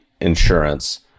insurance